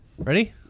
Ready